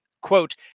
quote